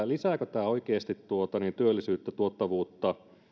lisääkö tämä oikeasti työllisyyttä ja tuottavuutta